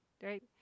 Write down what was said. Right